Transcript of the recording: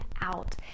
out